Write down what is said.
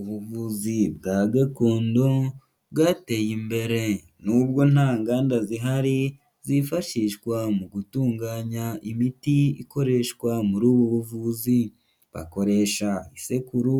Ubuvuzi bwa gakondo bwateye imbere nubwo nta nganda zihari zifashishwa mu gutunganya imiti ikoreshwa muri ubu buvuzi, bakoresha isekuru,